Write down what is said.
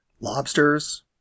Lobsters